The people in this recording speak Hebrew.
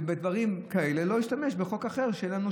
ובדברים כאלה לא להשתמש בחוק אחר שאין לנו